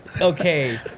Okay